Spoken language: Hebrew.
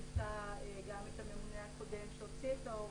ליוותה גם את הממונה הקודם שהוציא את ההוראה,